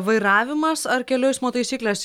vairavimas ar kelių eismo taisyklės